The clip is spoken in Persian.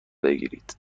بگیرید